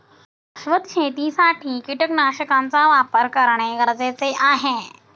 शाश्वत शेतीसाठी कीटकनाशकांचा वापर करणे गरजेचे आहे